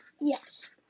Yes